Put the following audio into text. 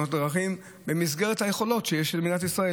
דרכים במסגרת היכולות שיש למדינת ישראל.